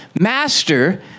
master